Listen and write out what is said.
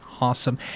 Awesome